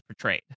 portrayed